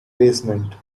basement